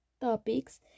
topics